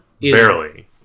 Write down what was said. barely